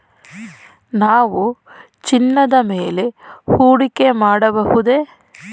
ನಾವು ಚಿನ್ನದ ಮೇಲೆ ಹೂಡಿಕೆ ಮಾಡಬಹುದೇ?